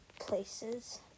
places